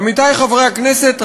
עמיתי חברי הכנסת,